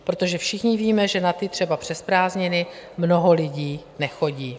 Protože, všichni víme, že na ty třeba přes prázdniny mnoho lidí nechodí.